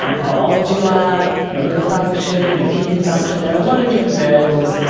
um how old you are, your liver function, your kidney function, there are a lot of different variables.